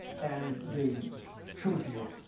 and they choose you.